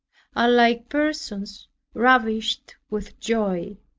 are like persons ravished with joy.